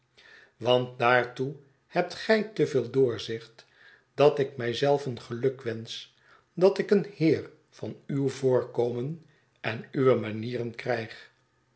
want daartoe hebt gij te veel doorzicht datik mij zelven gelukwensch dat ik een heer van uw voorkomen en uwe manieren krijg